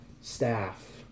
staff